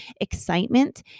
excitement